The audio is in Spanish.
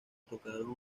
tocaron